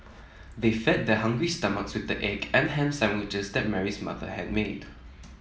they fed their hungry stomachs with the egg and ham sandwiches that Mary's mother had made